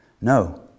No